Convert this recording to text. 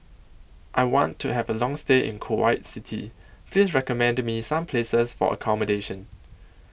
I want to Have A Long stay in Kuwait City Please recommend Me Some Places For accommodation